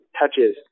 touches